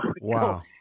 wow